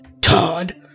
Todd